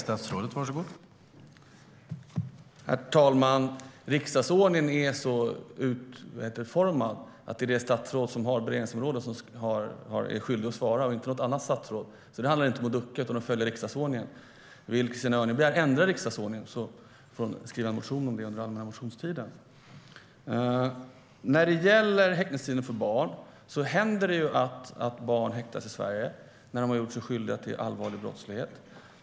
Herr talman! Riksdagsordningen är så utformad att det är det statsråd som har beredningsområdet som är skyldig att svara och inte något annat statsråd, så det handlar inte om att ducka utan om att följa riksdagsordningen. Vill Christina Örnebjär ändra riksdagsordningen får hon skriva en motion om det under allmänna motionstiden. När det gäller häktningstiden för barn händer det att barn häktas i Sverige när barn har gjort sig skyldiga till allvarlig brottslighet.